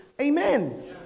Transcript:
Amen